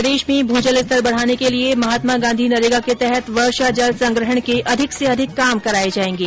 प्रदेश में भू जल स्तर बढाने के लिये महात्मा गांधी नरेगा के तहत वर्षाजल संग्रहण के अधिक से अधिक काम कराये जायेंगे